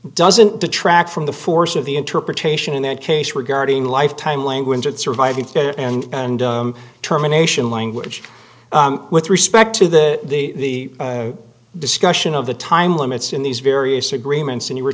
doesn't detract from the force of the interpretation in that case regarding lifetime language at surviving and terminations language with respect to the the discussion of the time limits in these various agreements and you were